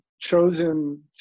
chosen